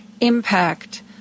impact